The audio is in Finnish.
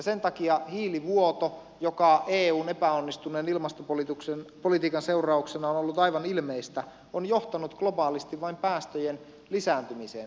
sen takia hiilivuoto joka eun epäonnistuneen ilmastopolitiikan seurauksena on ollut aivan ilmeistä on johtanut globaalisti vain päästöjen lisääntymiseen